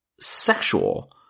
sexual